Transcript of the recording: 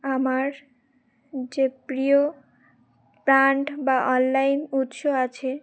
আমার যে প্রিয় ব্র্যান্ড বা অনলাইন উৎস আছে